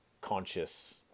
conscious